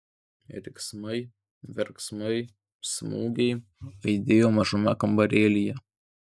riksmai verksmai smūgiai aidėjo mažame kambarėlyje